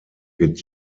wird